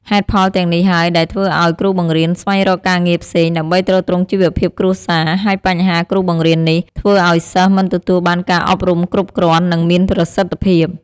ហេតុផលទាំងនេះហើយ ដែលធ្វើអោយគ្រូបង្រៀនស្វែងរកការងារផ្សេង ដើម្បីទ្រទ្រង់ជីវភាពគ្រួសារ ហើយបញ្ហាគ្រូបង្រៀននេះ ធ្វើឲ្យសិស្សមិនទទួលបានការអប់រំគ្រប់គ្រាន់ និងមានប្រសិទ្ធភាព។